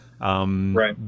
Right